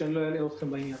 ולא אלאה אתכם בעניין.